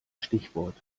stichwort